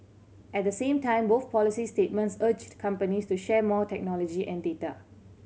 at the same time both policy statements urged companies to share more technology and data